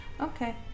Okay